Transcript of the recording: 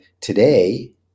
today